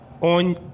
On